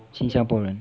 新加坡人